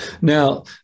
Now